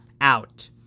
Out